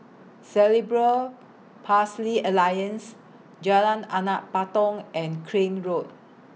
Cerebral Palsy Alliance Jalan Anak Patong and Crane Road